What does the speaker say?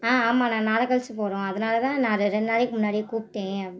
ஆ ஆமாண்ணா நாளை கழித்து போகிறோம் அதனால் தான் நான் ரெ ரெண்டு நாளைக்கி முன்னாடியே கூப்பிட்டேன்